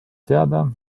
teada